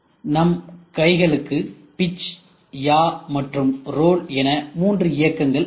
நம் கைகளுக்கு pitch yaw மற்றும் ரோல் என மூன்று இயக்கங்கள் உள்ளன